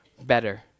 better